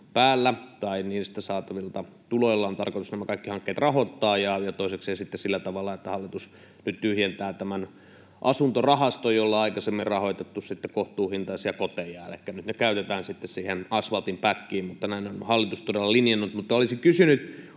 tai niistä saatavilla tuloilla on tarkoitus nämä kaikki hankkeet rahoittaa ja toisekseen sitten sillä tavalla, että hallitus nyt tyhjentää tämän asuntorahaston, jolla on aikaisemmin rahoitettu kohtuuhintaisia koteja, elikkä nyt ne käytetään sitten niihin asfaltinpätkiin. Mutta näin on hallitus todella linjannut.